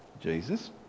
Jesus